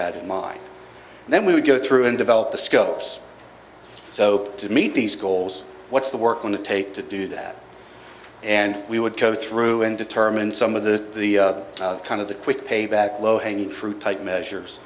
had in mind and then we would go through and develop the scope's so to meet these goals what's the work going to take to do that and we would go through and determine some of the the kind of the quick payback low hanging fruit type measures